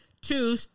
two